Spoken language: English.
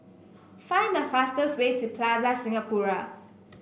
find the fastest way to Plaza Singapura